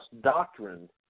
doctrine